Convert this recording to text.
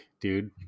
dude